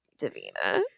Davina